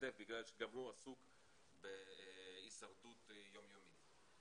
להתנדב בגלל שגם הוא עסוק בהישרדות יום יומית.